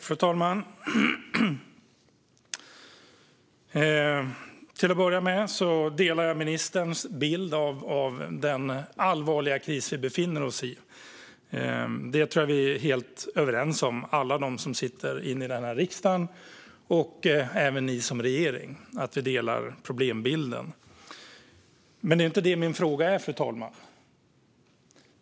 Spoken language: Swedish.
Fru talman! Till att börja med delar jag ministerns bild av den allvarliga kris vi befinner oss i. Jag tror att alla vi som sitter i denna riksdag, och även regeringen, delar problembilden. Men det är inte det som är min fråga, fru talman.